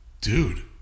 Dude